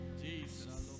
Jesus